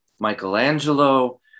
Michelangelo